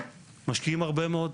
משקיעים הרבה מאוד,